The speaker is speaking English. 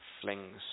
flings